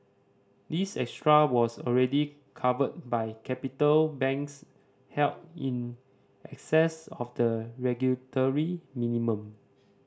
this extra was already covered by capital banks held in excess of the regulatory minimum